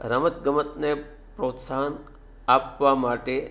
રમતગમતને પ્રોત્સાહન આપવા માટે